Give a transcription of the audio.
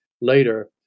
Later